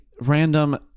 random